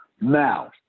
Now